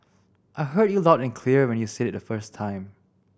I heard you loud and clear when you said it the first time